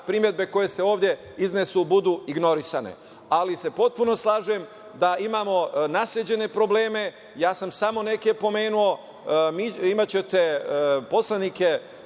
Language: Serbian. primedbe koje se ovde iznesu budu ignorisane, ali se potpuno slažem da imamo nasleđene probleme. Ja sam samo neke pomenuo. Imaćete poslanike